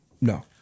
No